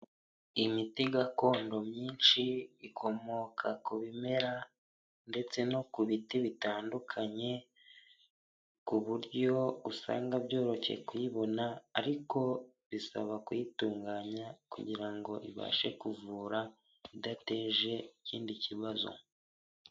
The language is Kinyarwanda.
Imiti gakondo myinshi ikomoka ku bimera ndetse no ku biti bitandukanye ku buryo usanga byoroshye kuyibona ariko bisaba kuyitunganya kugira ngo ibashe kuvura idateje ikindi kibazo.